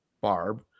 Barb